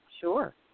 Sure